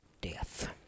death